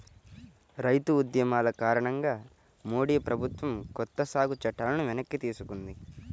రైతు ఉద్యమాల కారణంగా మోడీ ప్రభుత్వం కొత్త సాగు చట్టాలను వెనక్కి తీసుకుంది